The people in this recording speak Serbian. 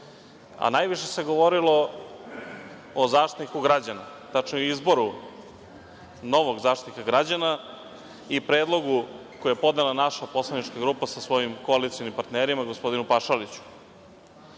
a najviše se govorilo o Zaštitniku građana, tačnije o izboru novog Zaštitnika građana i predlogu koja je podnela naša poslanička grupa sa svojim koalicionim partnerima, gospodinu Pašaliću. Ali,